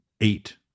eight